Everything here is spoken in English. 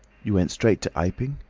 you went straight to iping?